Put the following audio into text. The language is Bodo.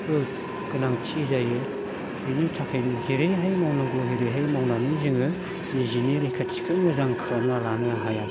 गोनांथि जायो बिनि थाखायनो जेरैहाय मावनांगौ एरैहाय मावनानै जोङो निजेनि रैखाथिखो मोजां खालामना लानो हाया